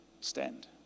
Stand